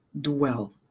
dwell